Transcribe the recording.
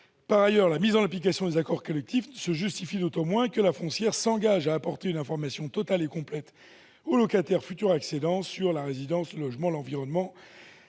Par ailleurs, la mise en application des accords collectifs se justifie d'autant moins que l'AFL s'engage à apporter une information totale et complète aux locataires, futurs accédants, sur la résidence, le logement, l'environnement,